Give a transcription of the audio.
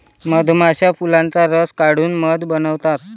मधमाश्या फुलांचा रस काढून मध बनवतात